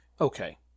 okay